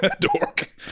Dork